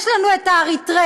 יש לנו את האריתריאים,